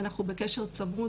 אנחנו עובדים בקשר צמוד